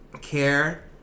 care